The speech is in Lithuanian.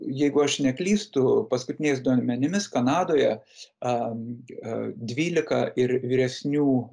jeigu aš neklystu paskutiniais duomenimis kanadoje a dvylika ir vyresnių